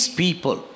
people